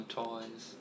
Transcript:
toys